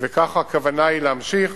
וכך הכוונה היא להמשיך.